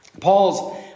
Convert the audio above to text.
Paul's